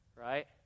Right